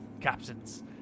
captains